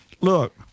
look